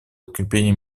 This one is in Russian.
укрепления